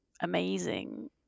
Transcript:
amazing